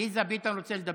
עליזה, ביטן רוצה לדבר.